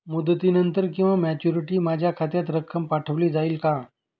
मुदतीनंतर किंवा मॅच्युरिटी माझ्या खात्यात रक्कम पाठवली जाईल का?